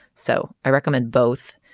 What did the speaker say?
so i recommend both.